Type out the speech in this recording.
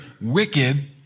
wicked